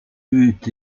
eût